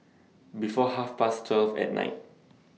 before Half Past twelve At Night